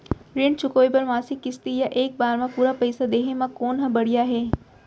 ऋण चुकोय बर मासिक किस्ती या एक बार म पूरा पइसा देहे म कोन ह बढ़िया हे?